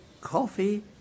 coffee